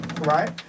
right